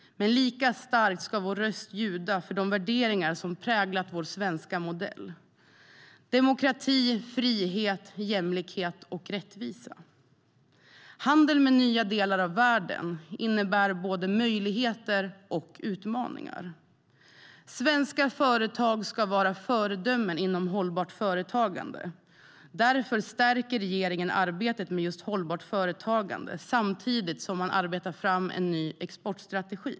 Men lika starkt ska vår röst ljuda för de värderingar som präglat vår svenska modell: demokrati, frihet, jämlikhet och rättvisa. Handel med nya delar av världen innebär både möjligheter och utmaningar. Svenska företag ska vara föredömen inom hållbart företagande. Därför stärker regeringen arbetet med just hållbart företagande, samtidigt som man arbetar fram en ny exportstrategi.